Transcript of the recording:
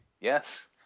yes